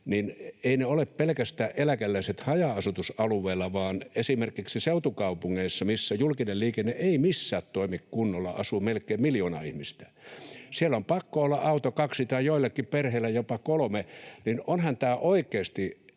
että ne ovat pelkästään eläkeläiset haja-asutusalueilla, vaan esimerkiksi seutukaupungeissa, missä julkinen liikenne ei missään toimi kunnolla ja missä asuu melkein miljoona ihmistä, on pakko olla auto, kaksi tai joillakin perheillä jopa kolme, ja onhan tämä oikeasti